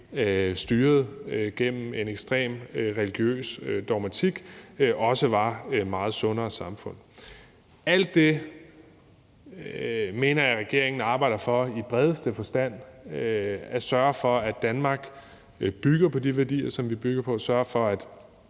styret af en ekstrem religiøs dogmatik, også var meget sundere samfund. I forhold til alt det mener jeg, at regeringen i bredeste forstand arbejder for at sørge for, at Danmark bygger på de værdier, som vi bygger på, og at sørge for, at